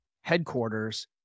headquarters